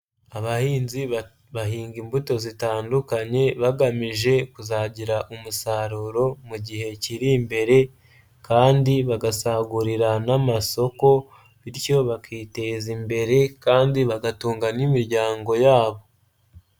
Abahinzi bahinga imbuto zitandukanye bagamije kuzagira umusaruro mu gihe kiri imbere kandi bagasagurira n'amasoko bityo bakiteza imbere kandi bagatunga n'imiryango yabo.